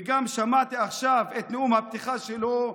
וגם שמעתי עכשיו את נאום הפתיחה שלו.